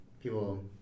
people